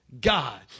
God